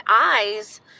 eyes